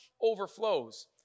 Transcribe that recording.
overflows